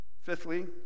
Fifthly